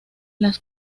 las